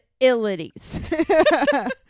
illities